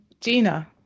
gina